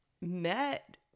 met